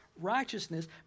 righteousness